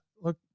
look